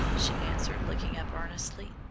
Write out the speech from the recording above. she answered, looking up earnestly.